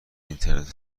اینترنت